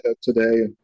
today